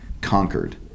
conquered